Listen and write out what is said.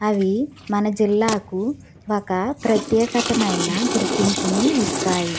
అవి మన జిల్లాకు ఒక ప్రత్యేకతమైన గుర్తింపును ఇస్తాయి